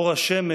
אור השמש